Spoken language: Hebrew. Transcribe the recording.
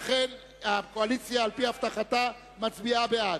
לכן, הקואליציה, על-פי הבטחתה, מצביעה בעד.